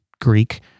Greek